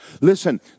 Listen